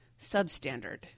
substandard